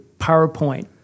PowerPoint